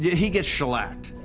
yeah he gets shellacked.